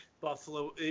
Buffalo